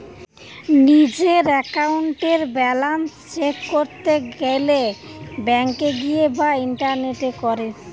নিজের একাউন্টের balance check করতে গেলে ব্যাংকে গিয়ে বা ইন্টারনেটে করে